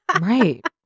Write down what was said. right